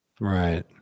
Right